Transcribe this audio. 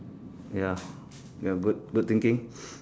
ya ya good good thinking